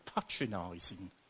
patronising